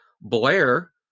Blair